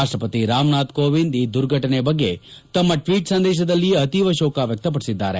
ರಾಷ್ಟಪತಿ ರಾಮನಾಥ್ ಕೋವಿಂದ್ ಈ ದುರ್ಘಟನೆ ಬಗ್ಗೆ ತಮ್ಮ ಟ್ವೀಟ್ ಸಂದೇಶದಲ್ಲಿ ಅತೀವ ಶೋಕ ವ್ವಕ್ತಪಡಿಸಿದ್ದಾರೆ